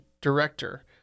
director